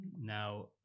Now